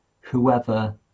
whoever